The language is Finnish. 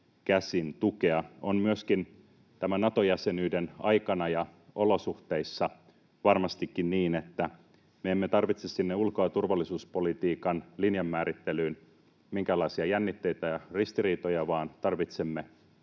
käsin tukea. On myöskin tämän Nato-jäsenyyden aikana ja olosuhteissa varmastikin niin, että me emme tarvitse sinne ulko- ja turvallisuuspolitiikan linjanmäärittelyyn minkäänlaisia jännitteitä ja ristiriitoja vaan tarvitsemme